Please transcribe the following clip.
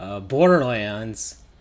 Borderlands